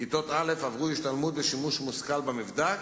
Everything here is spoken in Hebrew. לכיתות א' עברו השתלמות לשימוש מושכל במבדק,